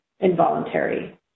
Involuntary